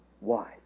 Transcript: wise